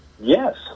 Yes